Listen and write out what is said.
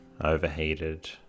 overheated